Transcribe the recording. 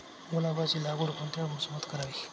गुलाबाची लागवड कोणत्या मोसमात करावी?